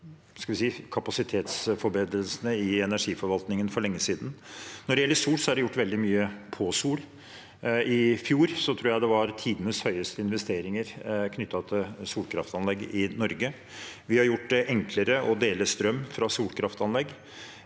kapasitetsforbedringene i energiforvaltningen for lenge siden. Når det gjelder sol, er det gjort veldig mye. I fjor tror jeg det var tidenes høyeste investeringer knyttet til solkraftanlegg i Norge. Vi har gjort det enklere å dele strøm fra solkraftanlegg.